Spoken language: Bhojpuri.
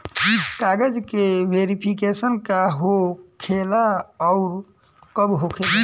कागज के वेरिफिकेशन का हो खेला आउर कब होखेला?